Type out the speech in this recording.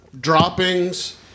droppings